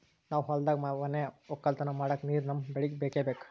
ನಾವ್ ಹೊಲ್ದಾಗ್ ಏನೆ ವಕ್ಕಲತನ ಮಾಡಕ್ ನೀರ್ ನಮ್ ಬೆಳಿಗ್ ಬೇಕೆ ಬೇಕು